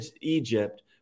Egypt